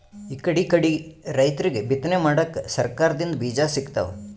ಇಕಡಿಕಡಿ ರೈತರಿಗ್ ಬಿತ್ತನೆ ಮಾಡಕ್ಕ್ ಸರಕಾರ್ ದಿಂದ್ ಬೀಜಾ ಸಿಗ್ತಾವ್